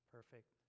Perfect